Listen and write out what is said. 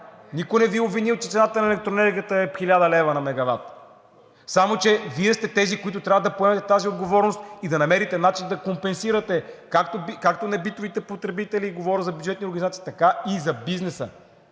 Никой не Ви е обвинил, че цената на електроенергията е 1000 лв. на мегават, само че Вие сте тези, които трябва да поемете тази отговорност и да намерите начин да компенсирате както на битовите потребители – говоря за бюджетни организации, така и за бизнеса.